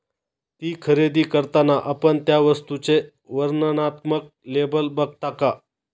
ती खरेदी करताना आपण त्या वस्तूचे वर्णनात्मक लेबल बघता का?